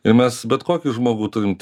ir mes bet kokį žmogų turint